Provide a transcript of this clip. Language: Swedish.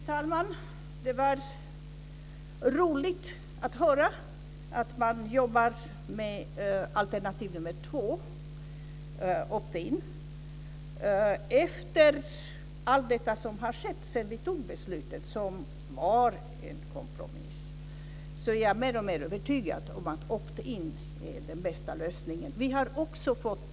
Fru talman! Det var roligt att höra att man jobbar med alternativ nummer två, opt in. Efter allt det som har skett sedan vi fattade beslutet, som var en kompromiss, är jag mer och mer övertygad om att opt in är den bästa lösningen.